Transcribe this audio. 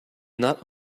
not